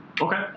Okay